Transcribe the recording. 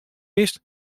bist